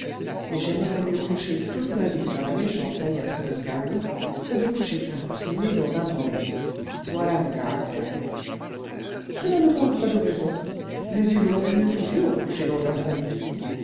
et j'aimerais mieux coucher toute ma vie sur la méchante paillasse de mon garni que de coucher cinq ou six nuits dans un bon lit voilà mon caractère cela ne manque pas de raison mais il vaudrait mieux toujours coucher dans un bon lit